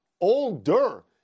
older